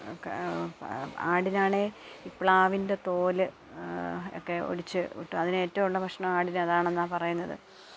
ക് ആടിനാണേൽ ഈ പ്ലാവിൻ്റെ തോല് ഒക്കെ ഒടിച്ച് ഇട്ട് അതിന് ഏറ്റവും ഉള്ള ഭക്ഷണം ആടിന് അതാണെന്നാണു പറയുന്നത്